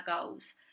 goals